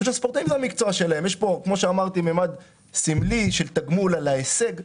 יש פה ממד סמלי של תגמול על ההישג.